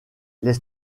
les